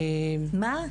לא,